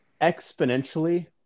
exponentially